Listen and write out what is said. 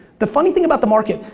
the funny thing about the market.